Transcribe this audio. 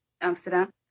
Amsterdam